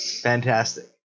Fantastic